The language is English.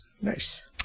Nice